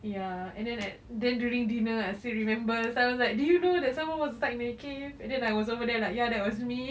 ya and then at then during dinner I still remember someone like do you that someone was stuck in a cave and then I was over there ya that was me